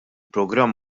programm